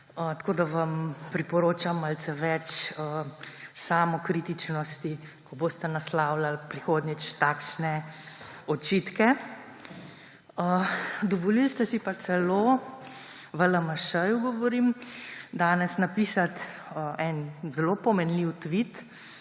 Tako da vam priporočam malce več samokritičnosti, ko boste prihodnjič naslavljali takšne očitke. Dovolili ste si pa celo, o LMŠ govorim, danes napisati en zelo pomenljiv tvit: